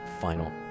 final